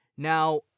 Now